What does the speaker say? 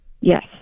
Yes